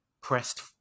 pressed